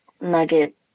nugget